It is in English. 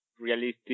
realistic